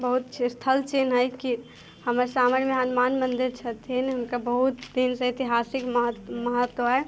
आँ बहुत स्थल चिन्ह अछि हमर सामरमे हनुमान मन्दिर छथिन हुनका बहुत दिनसँ एतिहासिक महत्व महत्व अइ